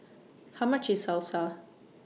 How much IS Salsa